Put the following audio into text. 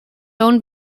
owned